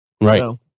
Right